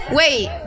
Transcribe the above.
wait